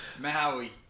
Maui